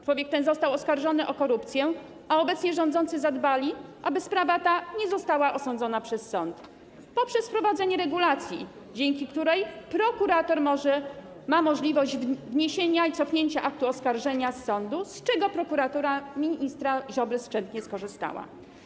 Człowiek ten został oskarżony o korupcję, a obecnie rządzący zadbali o to, aby sprawa ta nie została osądzona przez sąd, poprzez wprowadzenie regulacji, dzięki której prokurator ma możliwość wniesienia i cofnięcia aktu oskarżenia z sądu, z czego prokuratura ministra Ziobry skrzętnie skorzystała.